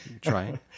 trying